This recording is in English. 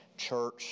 church